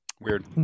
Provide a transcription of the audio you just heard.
Weird